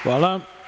Hvala.